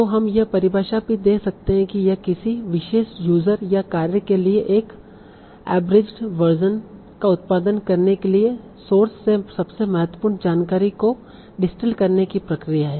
तो हम यह परिभाषा भी दे सकते हैं कि यह किसी विशेष यूजर या कार्य के लिए एक एबरिजड वर्शन का उत्पादन करने के लिए सौर्स से सबसे महत्वपूर्ण जानकारी को डिस्टिल करने की प्रक्रिया है